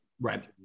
right